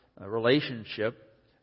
relationship